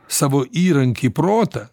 savo įrankį protą